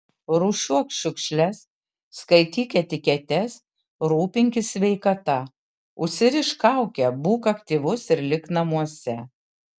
rūšiuok šiukšles skaityk etiketes rūpinkis sveikata užsirišk kaukę būk aktyvus ir lik namuose